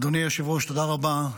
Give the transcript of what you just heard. אדוני היושב-ראש, תודה רבה.